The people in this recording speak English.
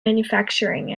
manufacturing